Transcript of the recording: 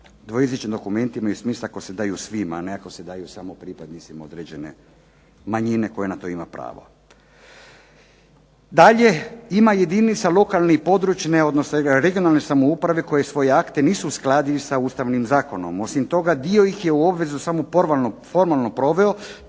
dvojezični dokumenti imaju smisla ako se daju svima, a ne ako se daju samo pripadnicima određene manjine koja na to ima pravo. Dalje, ima jedinica lokalne i područne, odnosno regionalne samouprave koje svoje akte nisu uskladili sa Ustavnim zakonom. Osim toga, dio ih je u obvezu samo formalno proveo